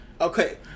Okay